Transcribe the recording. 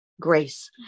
grace